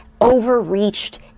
overreached